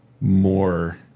more